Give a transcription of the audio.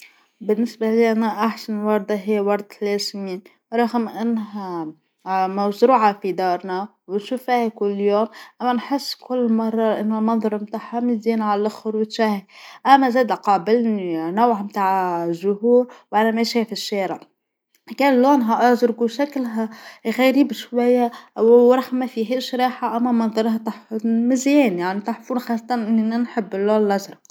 بالنسبة ليا أنا أحسن وردة هي وردة الياسمين رغم أنها مزروعة في دارنا ونشوفها كل يوم ابانحس كل مرة ان المنظر متاحها مزيان عالخروج، أما زادة قابلني نوع متاع زهور وأنا ماشية فالشارع كان لونها أزرق شكلها غريب شوية أوراق مفيهاش ريحة اما منظرها تح مزيانة يعنى تحفورخاصة إني نحب اللون لزرق.